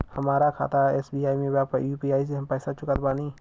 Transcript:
हमारा खाता एस.बी.आई में बा यू.पी.आई से हम पैसा चुका सकत बानी?